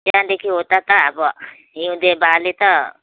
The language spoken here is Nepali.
त्यहाँदेखि उता त अब हिउँदे बाली त